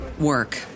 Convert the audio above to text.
work